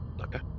Okay